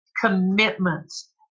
commitments